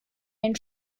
den